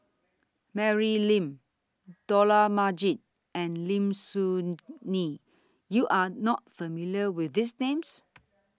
Mary Lim Dollah Majid and Lim Soo Ngee YOU Are not familiar with These Names